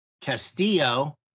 Castillo